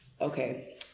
okay